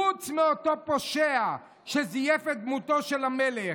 חוץ מאותו פושע שזייף את דמותו של המלך.